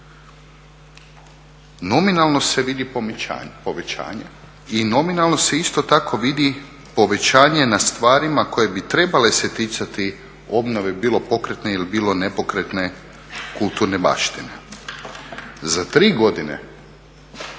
Nominalno se vidi povećanje i nominalno se isto tako vidi povećanje na stvarima koje bi trebale se ticati obnove bilo pokretne ili bilo nepokretne kulturne baštine. Za tri godine